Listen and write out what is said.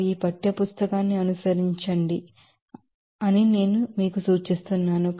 అవి ఆ పాఠ్యపుస్తకాన్ని అనుసరించండి అని నేను మీకు సూచించాను